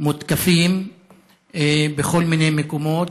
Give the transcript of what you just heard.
מותקפים בכל מיני מקומות.